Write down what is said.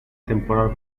temporal